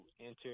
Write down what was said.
enter